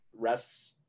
refs